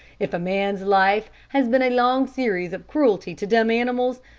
if a man's life has been a long series of cruelty to dumb animals,